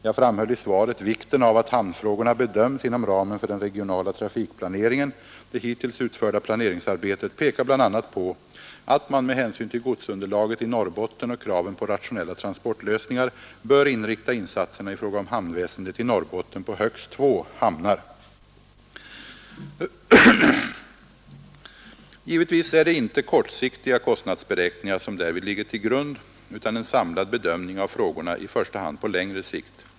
Jag framhöll i svaret vikten av att hamnfrågorna bedöms inom ramen för den regionala trafikplaneringen. Det hittills utförda planeringsarbetet pekar bl.a. på att man — med hänsyn till godsunderlaget i Norrbotten och kraven på rationella transportlösningar — bör inrikta insatserna i fråga om Givetvis är det inte kortsiktiga kostnadsberäkningar som därvid ligger till grund utan en samlad bedömning av frågorna i första hand på längre sikt.